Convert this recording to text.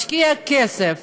משקיע כסף,